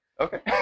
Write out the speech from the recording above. Okay